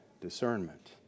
discernment